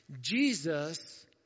Jesus